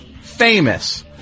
famous